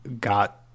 got